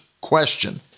question